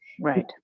Right